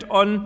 on